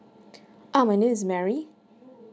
uh my name is mary